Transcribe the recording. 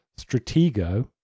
stratego